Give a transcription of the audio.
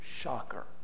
shocker